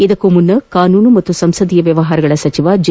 ಇದಕ್ಕೂ ಮುನ್ನ ಕಾನೂನು ಮತ್ತು ಸಂಸದೀಯ ವ್ಯವಹಾರಗಳ ಸಚಿವ ಜೆ